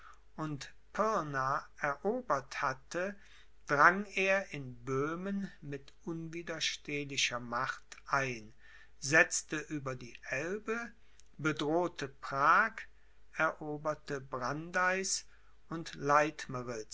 und pirna erobert hatte drang er in böhmen mit unwiderstehlicher macht ein setzte über die elbe bedrohte prag eroberte brandeis und